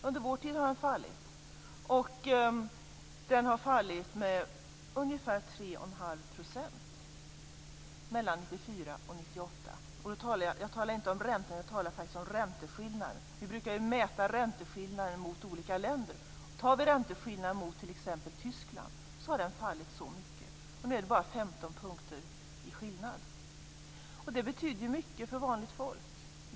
Under vår tid har den fallit, och den har fallit med ungefär 3,5 % mellan 1994 och 1998. Jag talar då inte om räntan utan om ränteskillnaden. Vi brukar ju mäta ränteskillnaden mot olika länder. Ränteskillnaden mot t.ex. Tyskland har fallit så mycket, och nu är det bara 15 punkters skillnad. Det betyder ju mycket för vanligt folk.